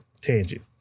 Tangent